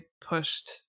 pushed